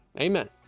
Amen